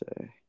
say